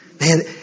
Man